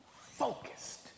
focused